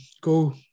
Go